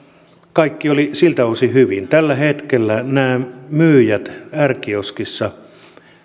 kaikki oli siltä osin hyvin tällä hetkellä nämä myyjät r kioskissa